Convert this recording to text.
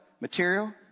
material